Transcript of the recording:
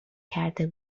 کرده